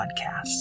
Podcasts